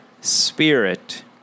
spirit